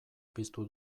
piztu